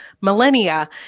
millennia